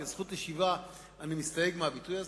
כי "זכות השיבה" אני מסתייג מהביטוי הזה.